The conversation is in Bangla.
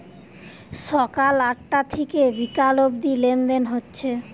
সকাল আটটা থিকে বিকাল অব্দি লেনদেন হচ্ছে